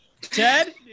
Ted